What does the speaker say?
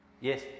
Yes